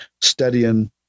studying